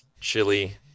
Chili